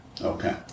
Okay